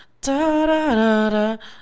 Da-da-da-da